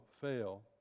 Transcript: fail